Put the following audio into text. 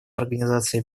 организации